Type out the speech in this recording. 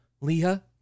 Leah